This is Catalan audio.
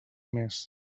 més